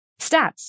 Stats